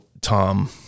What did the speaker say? tom